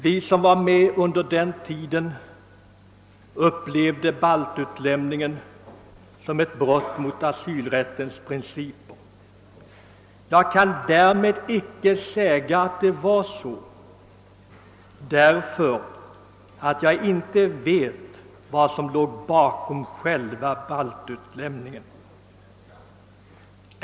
Vi som var med under den tiden upplevde baltutlämningen som ett brott mot asylrättens principer. Jag säger därmed icke att det förhöll sig så, eftersom jag inte vet vad som låg bakom själva baltutlämningen.